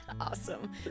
Awesome